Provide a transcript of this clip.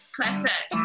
Classic